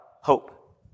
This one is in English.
hope